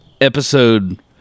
episode